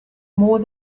more